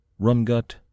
Rumgut